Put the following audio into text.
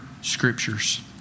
scriptures